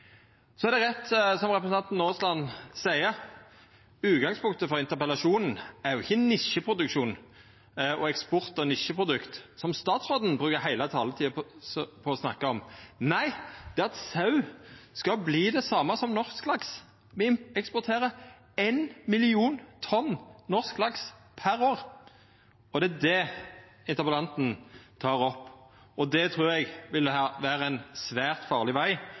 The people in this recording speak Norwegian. Så er det rett som representanten Aasland seier, at utgangspunktet for interpellasjonen ikkje er nisjeproduksjon og eksport av nisjeprodukt, som statsråden brukar heile taletida på å snakka om. Nei, det er at sau skal verta som norsk laks – me eksporterer 1 million tonn norsk laks per år. Det er det interpellanten tek opp, og det trur eg vil vera ein svært farleg veg